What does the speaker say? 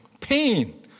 pain